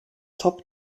top